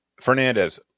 Fernandez